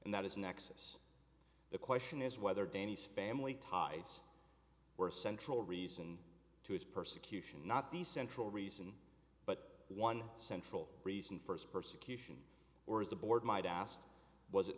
and that is nexus the question is whether danny's family ties were a central reason to his persecution not the central reason but one central reason first persecution or is the board might ask was it